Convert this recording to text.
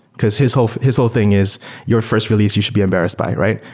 because his whole his whole thing is your fi rst release. you should be embarrassed by it, right?